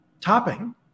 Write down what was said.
topping